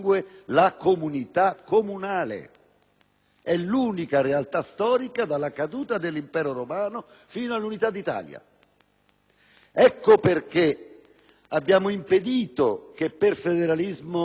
È l'unica realtà storica dalla caduta dell'impero romano fino all'Unità d'Italia. Ecco perché abbiamo impedito che per federalismo si intendesse